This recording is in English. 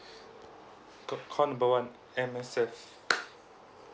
call number one M_S_F